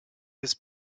his